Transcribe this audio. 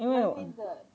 因为